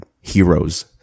heroes